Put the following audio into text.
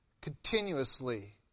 continuously